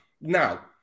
now